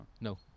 No